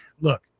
Look